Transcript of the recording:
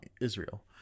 Israel